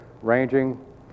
ranging